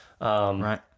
Right